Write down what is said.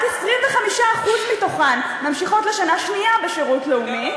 רק 25% מהן ממשיכות לשנה שנייה בשירות לאומי,